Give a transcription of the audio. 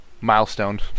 milestone